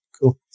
cool